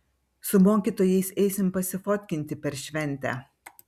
su mokytojais eisim pasifotkinti per šventę